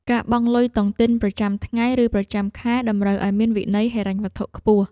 ការបង់លុយតុងទីនប្រចាំថ្ងៃ ឬប្រចាំខែ តម្រូវឱ្យមានវិន័យហិរញ្ញវត្ថុខ្ពស់។